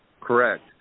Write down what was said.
correct